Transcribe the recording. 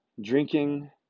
drinking